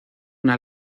una